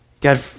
God